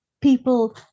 people